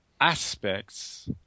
aspects